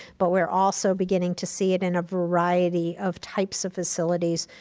but we're also beginning to see it in a variety of types of facilities,